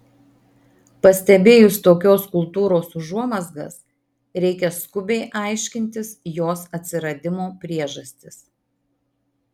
pastebėjus tokios kultūros užuomazgas reikia skubiai aiškintis jos atsiradimo priežastis